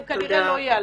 הם כנראה לא יעלמו.